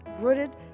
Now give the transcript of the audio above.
rooted